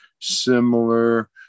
similar